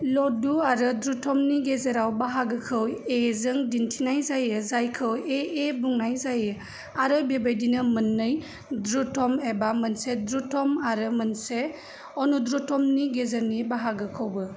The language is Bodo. लधु आरो धृतमनि गेजेराव बाहागोखौ ए जों दिनथिनाय जायो जायखौ ए ए बुंनाय जायो आरो बेबायदिनो मोननै ध्रुतम एबा मोनसे ध्रुतम आरो मोनसे अनुध्रुतमनि गेजेरनि बाहागोखौबो